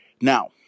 Now